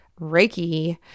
Reiki